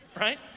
right